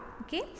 okay